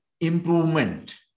improvement